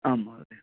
आं महोदय